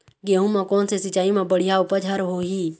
गेहूं म कोन से सिचाई म बड़िया उपज हर होही?